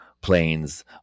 planes